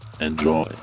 enjoy